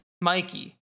Mikey